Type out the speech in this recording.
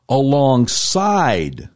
alongside